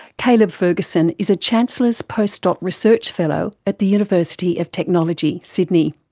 caleb ferguson is a chancellors post doc research fellow at the university of technology, sydney.